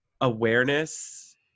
awareness